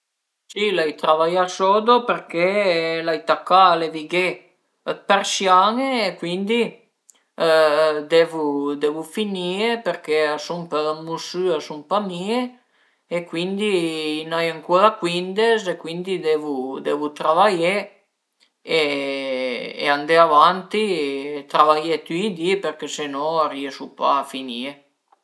Si l'ai travaià sodo perché l'ai tacà a levighé dë persian-e e cuindi devu devu finìe perché a sun për ün musü, a sun pa mie e cuindi ën ai ancura cuindes e cuindi devu devu travaié e andé avanti, travaié tüi i di perché se no riesu pa a finìe